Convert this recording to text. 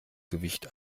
gewicht